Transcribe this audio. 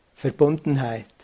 verbundenheit